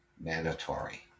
mandatory